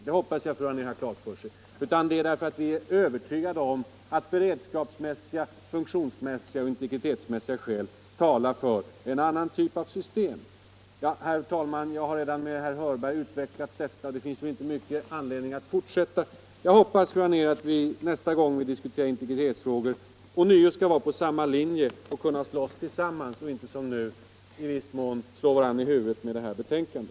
Det hoppas jag fru Anér har klart för sig, utan det är för att vi är övertygade om att beredskapsmässiga, funktionsmässiga och integritetsmässiga skäl talar för en annan typ av system. Herr talman! Jag har redan med herr Hörberg utvecklat detta, och det finns ingen anledning att fortsätta. Jag hoppas, fru Anér, att vi nästa gång vi diskuterar integritetsfrågor ånyo skall vara på samma linje och kunna slåss tillsammans och inte som nu i viss mån slå varandra i huvudet med detta betänkande.